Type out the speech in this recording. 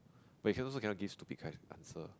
but can also can not give stupid kind answer